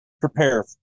prepare